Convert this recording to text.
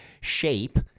shape